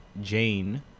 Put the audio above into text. Jane